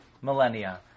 millennia